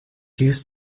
used